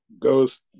goes